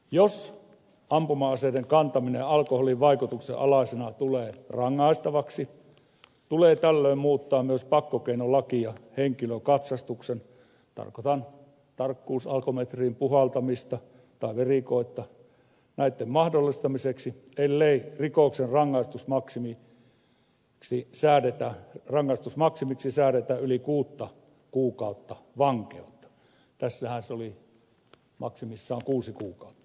jos ampuma aseiden kantaminen alkoholin vaikutuksen alaisena tulee rangaistavaksi tulee tällöin muuttaa myös pakkokeinolakia henkilökatsastuksen tarkoitan tarkkuusalkometriin puhaltamista tai verikoetta mahdollistamiseksi ellei rikoksen rangaistusmaksimiksi säädetä yli kuutta kuukautta vankeutta tässä esityksessähän se oli maksimissaan kuusi kuukautta